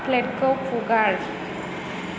फ्लेटखौ फुगार